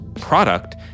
product